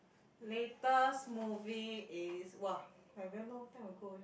latest movie is !wah! like very long time ago eh